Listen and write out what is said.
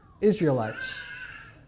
Israelites